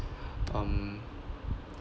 um